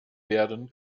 werden